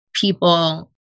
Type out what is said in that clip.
people